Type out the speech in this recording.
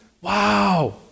Wow